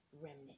remnant